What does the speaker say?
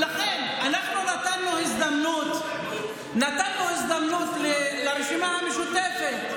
ולכן אנחנו נתנו הזדמנות לרשימה המשותפת,